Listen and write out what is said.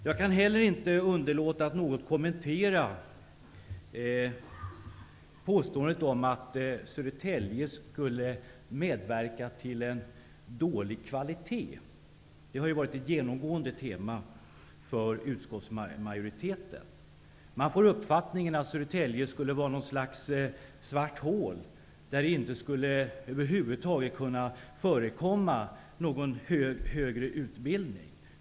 Jag kan inte underlåta att något kommentera påståendet att en utlokalisering till Södertälje bidrar till dålig kvalitet. Det är utskottsmajoritetens genomgående tema. Man får uppfattningen att Södertälje skulle vara ett slags svart hål och att någon högre utbildning över huvud taget inte skulle kunna förekomma där.